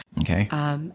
okay